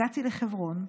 הגעתי לחברון,